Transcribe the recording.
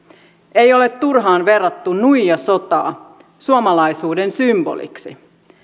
ei ole turhaan verrattu nuijasotaa suomalaisuuden symboliksi